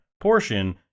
portion